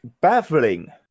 baffling